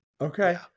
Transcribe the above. Okay